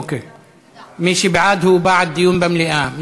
הוא בעד דיון במליאה.